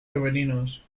femeninos